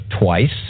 twice